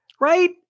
Right